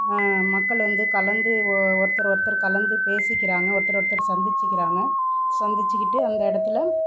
மக்கள் வந்து கலந்து ஒ ஒருத்தர் ஒருத்தர் கலந்து பேசிக்கிறாங்க ஒருத்தர் ஒருத்தர் சந்திச்சுக்கிறாங்க சந்திச்சுக்கிட்டு அந்த இடத்துல